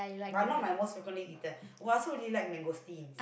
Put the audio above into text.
but not my most frequently eaten oh I also really like mangosteen